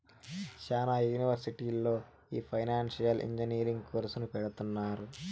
శ్యానా యూనివర్సిటీల్లో ఈ ఫైనాన్సియల్ ఇంజనీరింగ్ కోర్సును పెడుతున్నారు